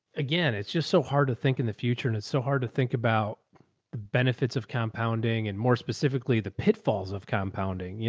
again, it's just so hard to think in the future. and it's so hard to think about the benefits of compounding and more specifically the pitfalls of compounding. you